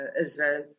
Israel